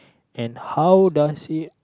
and how does he